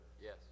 Yes